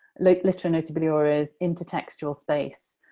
like litterae notabiliores, intertextual space,